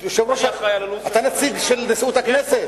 אתה נציג של נשיאות הכנסת.